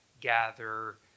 gather